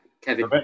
Kevin